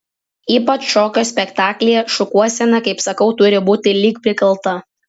ypač šokio spektaklyje šukuosena kaip sakau turi būti lyg prikalta